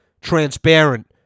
transparent